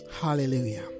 Hallelujah